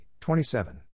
27